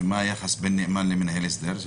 מה היחס בין נאמן למנהל הסדר?